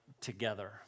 together